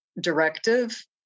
directive